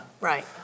right